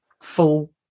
full